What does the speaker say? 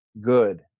good